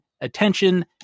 attention